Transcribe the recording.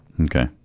okay